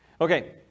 Okay